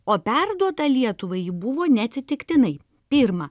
o perduota lietuvai ji buvo neatsitiktinai pirma